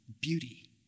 beauty